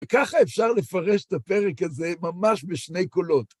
וככה אפשר לפרש את הפרק הזה ממש בשני קולות.